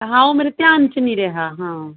ਹਾਂ ਉਹ ਮੇਰੇ ਧਿਆਨ 'ਚ ਨਹੀਂ ਰਿਹਾ ਹਾਂ